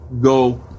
go